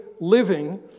living